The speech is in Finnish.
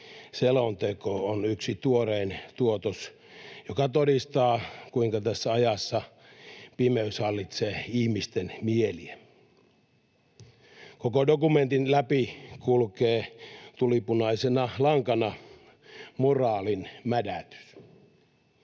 selonteko on yksi tuorein tuotos, joka todistaa, kuinka tässä ajassa pimeys hallitsee ihmisten mieliä. Koko dokumentin läpi kulkee tulipunaisena lankana moraalin mädätys.